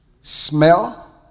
smell